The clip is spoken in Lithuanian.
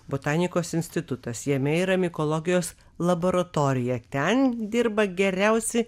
botanikos institutas jame yra mikologijos laboratorija ten dirba geriausi